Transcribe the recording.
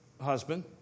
husband